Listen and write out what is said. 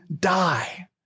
die